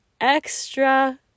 extra